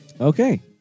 Okay